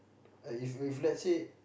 I if if let's say